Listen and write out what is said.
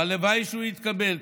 והלוואי שהוא יתקבל,